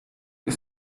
the